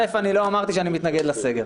אני לא אמרתי שאני מתנגד לסגר